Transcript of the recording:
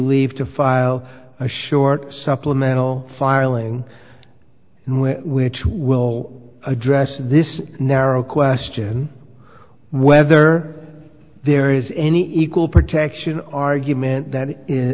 leave to file a short supplemental filing which will address this narrow question of whether there is any equal protection argument that